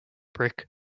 brick